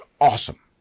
Awesome